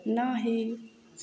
नहि